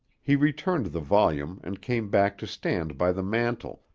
he returned the volume and came back to stand by the mantel,